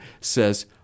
says